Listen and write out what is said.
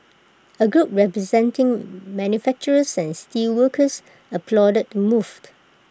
A group representing manufacturers and steelworkers applauded the move